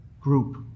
group